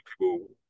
people